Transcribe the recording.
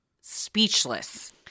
speechless